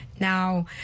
Now